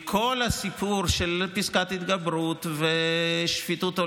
מכל הסיפור של פסקת התגברות ושפיטות או